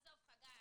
עזוב, חגי,